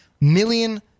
million